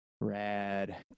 Rad